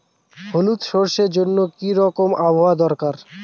হলুদ সরষে জন্য কি রকম আবহাওয়ার দরকার?